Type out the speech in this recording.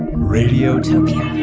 radiotopia